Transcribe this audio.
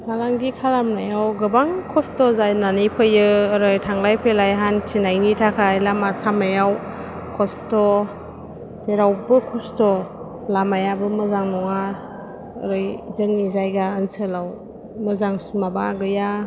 फालांगि खालामनायाव गोबां खस्थ' जायनानै फैयो ओरै थांलाय फैलाय हान्थिनायनि थाखाय लामा सामायाव खस्थ' जेरावबो खस्थ' लामायाबो मोजां नङा ओरै जोंनि जायगा ओनसोलाव मोजां माबा गैया